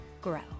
grow